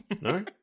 No